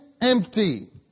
empty